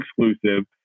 exclusive